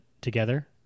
together